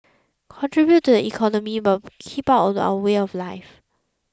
contribute to the economy but keep out of our way of life